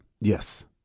Yes